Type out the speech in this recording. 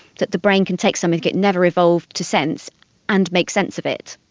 that the brain can take something it never evolved to sense and make sense of it.